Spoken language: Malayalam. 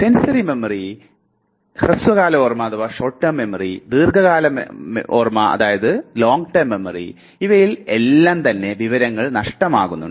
സെൻസറി മെമ്മറി ഹ്രസ്വകാല ഓർമ്മ ദീർഘകാല മെമ്മറി ഇവയിൽ എല്ലാം തന്നെ വിവരങ്ങൾ നഷ്ടമാകുന്നുണ്ട്